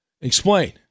Explain